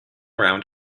round